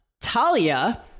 Talia